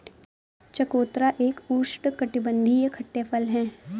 चकोतरा एक उष्णकटिबंधीय खट्टे फल है